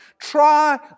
Try